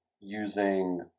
using